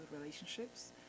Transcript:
relationships